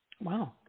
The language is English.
Wow